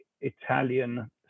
Italian